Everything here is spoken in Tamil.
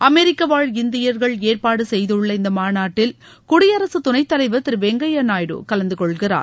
அமெரிக்கவாழ் இந்தியா்கள் ஏற்பாடு செய்துள்ள இந்த மாநாட்டில் குடியரசு துணைத்தலைவா் திரு வெங்கையா நாயுடு கலந்துகொள்கிறார்